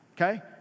Okay